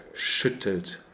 Schüttelt